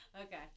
Okay